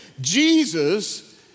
Jesus